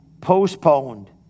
postponed